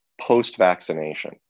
post-vaccination